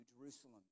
Jerusalem